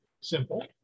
simple